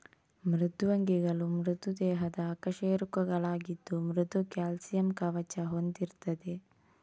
ಮೃದ್ವಂಗಿಗಳು ಮೃದು ದೇಹದ ಅಕಶೇರುಕಗಳಾಗಿದ್ದು ಮೃದು ಕ್ಯಾಲ್ಸಿಯಂ ಕವಚ ಹೊಂದಿರ್ತದೆ